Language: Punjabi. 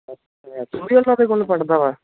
ਅੱਛਾ ਤੂੰ ਵੀ ਉਹਨਾਂ ਦੇ ਕੋਲੋਂ ਪੜ੍ਹਦਾ ਵਾ